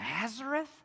Nazareth